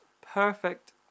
perfect